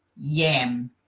yam